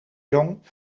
jong